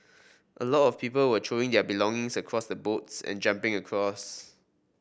a lot of people were throwing their belongings across the boats and jumping across